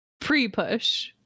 Pre-push